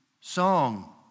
song